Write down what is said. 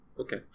Okay